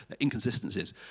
inconsistencies